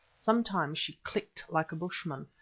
sometimes she clicked like a bushman,